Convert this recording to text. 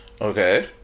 Okay